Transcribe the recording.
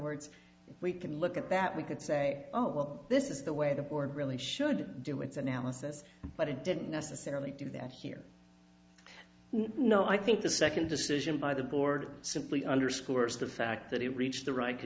words we can look at that we could say oh well this is the way the board really should do its analysis but it didn't necessarily do that here no i think the second decision by the board simply underscores the fact that he reached the ri